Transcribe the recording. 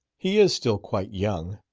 he is still quite young.